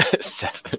Seven